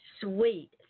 Sweet